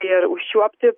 ir užčiuopti